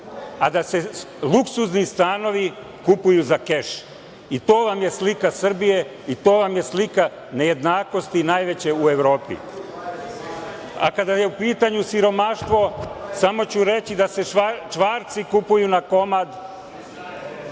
a da se luksuzni stanovi kupuju za keš, i to vam je slika Srbije i to vam je slika nejednakosti najveće u Evropi. Kada je u pitanju siromaštvo, samo ću reći da se čvarci kupuju na komad,